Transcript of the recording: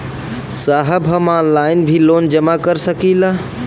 साहब हम ऑनलाइन भी लोन जमा कर सकीला?